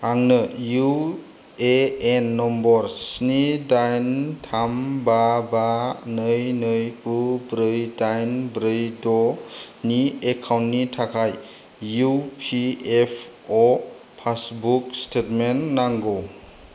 आंनो U A N number स्नि दाइन थाम बा बा नै नै गु ब्रै दाइन ब्रै दनि एकाउन्टनि थाखाय E P F O passbook statement नांगौ